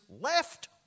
left